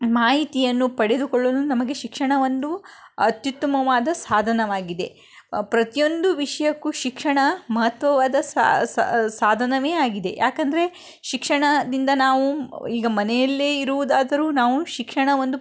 ಮಾಹಿತಿಯನ್ನು ಪಡೆದುಕೊಳ್ಳಲು ನಮಗೆ ಶಿಕ್ಷಣ ಒಂದು ಅತ್ಯುತ್ತಮವಾದ ಸಾಧನವಾಗಿದೆ ಪ್ರತಿಯೊಂದು ವಿಷಯಕ್ಕೂ ಶಿಕ್ಷಣ ಮಹತ್ವವಾದ ಸಾಧನವೇ ಆಗಿದೆ ಯಾಕಂದರೆ ಶಿಕ್ಷಣದಿಂದ ನಾವು ಈಗ ಮನೆಯಲ್ಲೇ ಇರುವುದಾದರೂ ನಾವು ಶಿಕ್ಷಣವೊಂದು